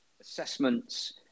assessments